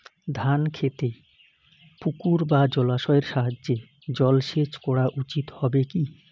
ধান খেতে পুকুর বা জলাশয়ের সাহায্যে জলসেচ করা উচিৎ হবে কি?